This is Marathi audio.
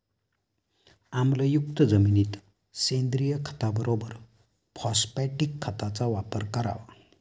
आम्लयुक्त जमिनीत सेंद्रिय खताबरोबर फॉस्फॅटिक खताचा वापर करावा